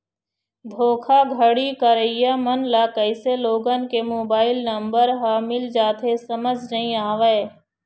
धोखाघड़ी करइया मन ल कइसे लोगन के मोबाईल नंबर ह मिल जाथे समझ नइ आवय